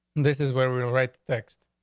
this is where we are, right? text.